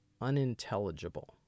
unintelligible